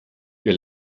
wir